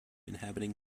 inhabiting